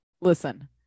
Listen